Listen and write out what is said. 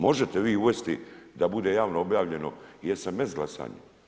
Možete vi uvesti da bude javno objavljeno jesam bez glasanja.